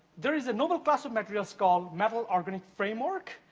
there is a noble class of materials called metal-organic framework.